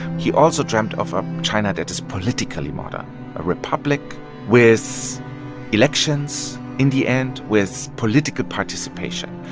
he also dreamt of a china that is politically modern a republic with elections, in the end, with political participation.